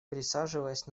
присаживаясь